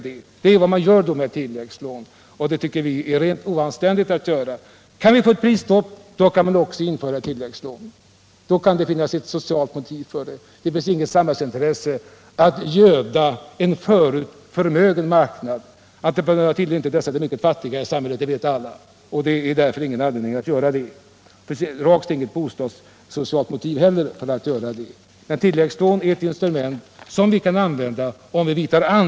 Det är vad man gör med dessa tilläggslån - om det inte blir prisstopp — och det tycker vi är rent oanständigt. Kan vi få ett prisstopp, då kan man också införa tilläggslån, då kan det finnas ett socialt motiv för det. Det är inget samhällsintresse att göda en förut förmögen marknad — att det inte är ”dessa de mycket fattiga” i samhället som gynnas vet alla. Det finns inte heller något bostadssocialt motiv.